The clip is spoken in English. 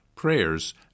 prayers